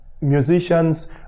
musicians